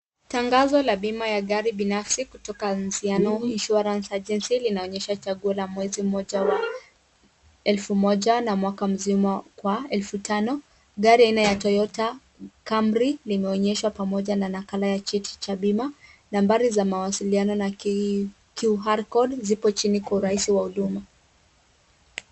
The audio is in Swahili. Tangazo ya bima ya gari binafsi kutoka ANZIANO INSURANCE AGENCY, inaonyesha chaguo la mwezi mmoja wa 1000, na mwaka mzima kwa 5000. Gari aina ya toyota camry limeonyeshwa pamoja na nakala ya cheti cha bima, nambari za mawasiliano na qr code code zipo chini kwa urahisi wa huduma.